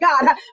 God